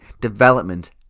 development